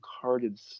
carded